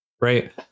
right